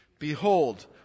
Behold